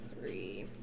Three